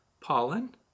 pollen